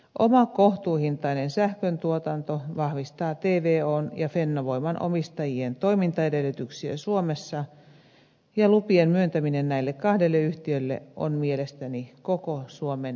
oma kohtuuhintainen sähköntuotanto vahvistaa tvon ja fennovoiman omistajien toimintaedellytyksiä suomessa ja lupien myöntäminen näille kahdelle yhtiölle on mielestäni koko suomen etu